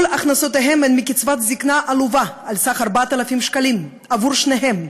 כל הכנסותיהם הן מקצבת זיקנה עלובה בסך 4,000 שקלים עבור שניהם.